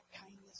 kindness